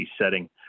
setting